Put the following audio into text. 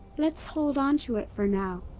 let's hold onto it for now.